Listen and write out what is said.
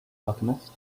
alchemist